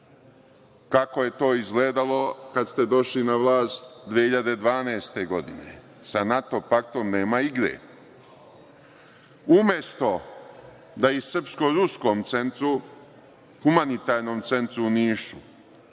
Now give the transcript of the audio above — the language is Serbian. kako je to izgledalo kad ste došli na vlast 2012. godine. Sa NATO-paktom nema igre. Umesto da i Srpsko-ruskom centru, humanitarnom centru u Nišu,